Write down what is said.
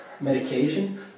medication